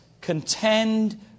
contend